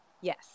Yes